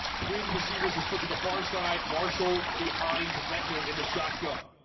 twins receivers have split to the far side marshall behind letner in the shotgun